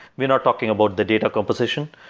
we are not talking about the data composition,